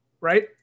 right